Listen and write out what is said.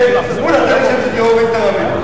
אבל,